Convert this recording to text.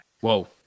Whoa